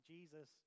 Jesus